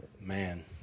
Man